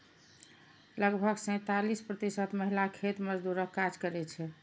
लगभग सैंतालिस प्रतिशत महिला खेत मजदूरक काज करै छै